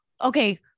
Okay